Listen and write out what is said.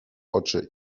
oczy